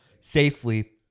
safely